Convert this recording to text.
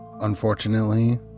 Unfortunately